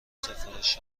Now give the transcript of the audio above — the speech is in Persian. سفارش